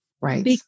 Right